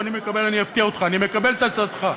אני אפתיע אותך: אני מקבל את הצעתך,